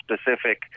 specific